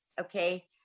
okay